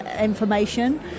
information